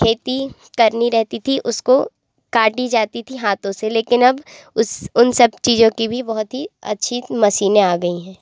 खेती करनी रहती थी उसको काटी जाती थी हाथों से लेकिन अब उस उन सब चीज़ों की भी बहुत ही अच्छी मशीनें आ गई हैं